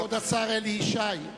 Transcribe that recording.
כבוד השר אלי ישי,